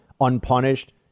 unpunished